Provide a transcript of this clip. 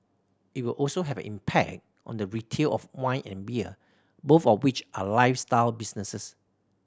it will also have an impact on the retail of wine and beer both of which are lifestyle businesses